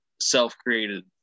self-created